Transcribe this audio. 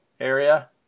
area